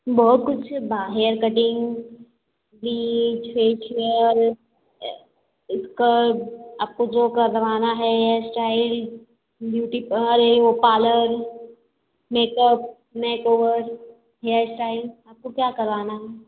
बहुत कुछ बा हेयर कटिंग ब्लीच फेशियल ए अस्कर्ब आपको जो करवाना है हेयर स्टाइल ब्यूटी पा अरे वो parlour makeup makeover hair style आपको क्या करवाना है